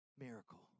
miracle